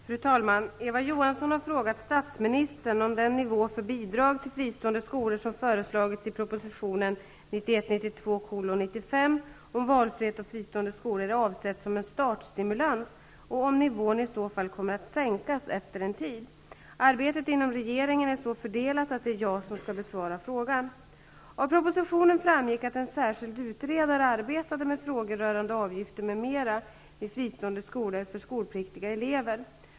Fru talman! Eva Johansson har frågat statsministern om den nivå för bidrag till fristående skolor som föreslagits i propositionen 1991/92:95 om valfrihet och fristående skolor är avsedd som en startstimulans och om nivån i så fall kommer att sänkas efter en tid. Arbetet inom regeringen är så fördelat att det är jag som skall besvara frågan. Av propositionen framgick att en särskild utredare arbetade med frågor rörande avgifter m.m. vid fristående skolor för skolpliktiga elever.